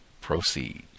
Proceed